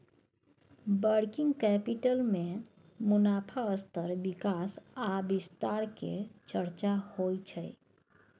working capital में मुनाफ़ा स्तर विकास आ विस्तार के चर्चा होइ छइ